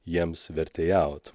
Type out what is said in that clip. jiems vertėjaut